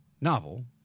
novel